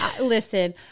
Listen